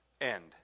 end